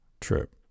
trip